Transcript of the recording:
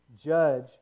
judge